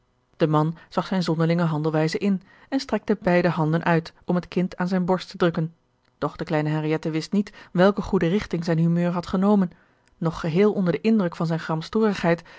de man zag zijne zonderlinge handelwijze in en strekte beide handen uit om het kind aan zijne borst te drukken doch de kleine henriëtte wist niet welke goede rigting zijn humeur had genomen nog geheel onder den indruk van zijne